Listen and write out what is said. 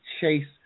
chase